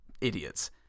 idiots